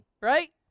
right